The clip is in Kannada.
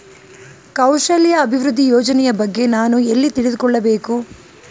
ಕೌಶಲ್ಯ ಅಭಿವೃದ್ಧಿ ಯೋಜನೆಯ ಬಗ್ಗೆ ನಾನು ಎಲ್ಲಿ ತಿಳಿದುಕೊಳ್ಳಬೇಕು?